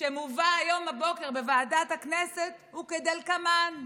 שמובא היום בבוקר לוועדת הכנסת הוא כדלקמן: